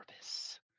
service